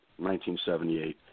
1978